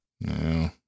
No